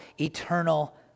eternal